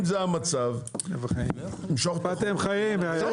אם זה המצב, תמשוך את החוק.